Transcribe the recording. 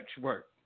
work